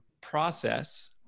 process